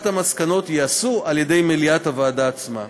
המסקנות ייעשו על-ידי מליאת הוועדה עצמה.